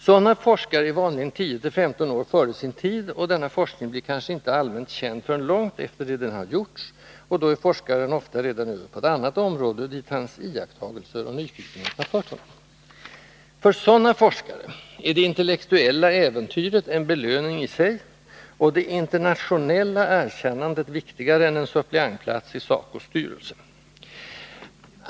Sådana forskare är vanligen 10-15 år före sin tid, och denna forskning blir kanske inte allmänt känd förrän långt efter det den gjorts, och då är forskaren ofta redan över på ett annat område, dit hans iakttagelser och nyfikenhet fört honom. För sådana forskare är det intellektuella äventyret en belöning i sig och det internationella erkännandet viktigare än en suppleantplats i SACO:s styrelse.